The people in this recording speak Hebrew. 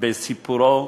בסיפורו